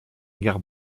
gare